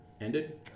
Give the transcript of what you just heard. ended